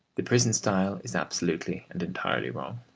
the prison style is absolutely and entirely wrong.